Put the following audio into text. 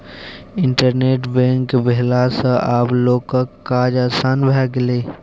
internet bank भेला सँ आब लोकक काज आसान भए गेलै